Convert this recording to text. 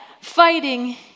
fighting